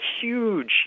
huge